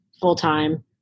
full-time